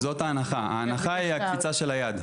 זאת ההנחה, ההנחה היא הקפיצה של ה"יד".